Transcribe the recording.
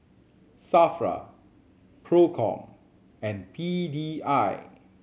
SAFRA Procom and P D I